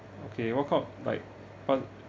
okay what kind of like but